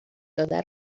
داده